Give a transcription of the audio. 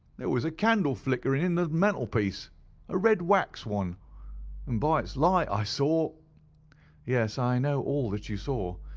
there was a candle flickerin' on the mantelpiece a red wax one and by its light i saw yes, i know all that you saw.